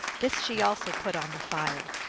this she also put on the fire.